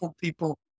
people